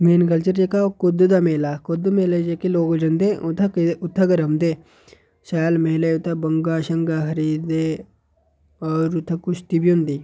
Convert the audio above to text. main culture जेह्का ओह् कुद्द दा मेला कुद्द मेले च जेह्के लोक जंदे उत्थें उत्थें गै रौहंदे शैल मेले उत्थें बंग्गां खरीद दे होर उत्थें कुश्ती बी होंदी